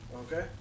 Okay